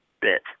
bit